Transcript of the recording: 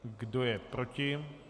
Kdo je proti?